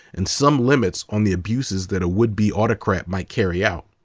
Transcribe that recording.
and some limits on the abuses that a would be autocrat might carry out.